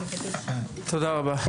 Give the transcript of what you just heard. תודה רבה.